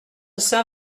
saint